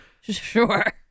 Sure